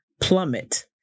Plummet